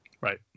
right